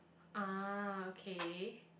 ah okay